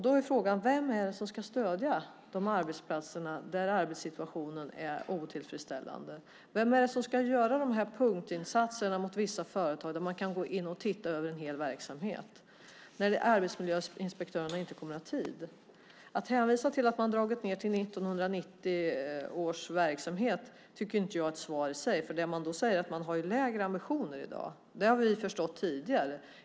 Då är frågan: Vem är det som ska stödja de arbetsplatser där arbetssituationen är otillfredsställande? Vem är det som ska göra de här punktinsatserna mot vissa företag där man kan gå in och titta på en hel verksamhet när arbetsmiljöinspektörerna inte kommer att ha tid? Att hänvisa till att man har dragit ned till 1990 års verksamhet tycker jag inte är ett svar i sig. Det man då säger är att man har lägre ambitioner i dag än tidigare. Det har vi förstått tidigare.